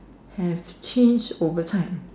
have his over time